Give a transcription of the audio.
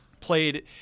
played